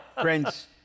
friends